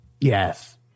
Yes